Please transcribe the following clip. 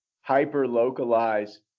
hyper-localize